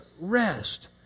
rest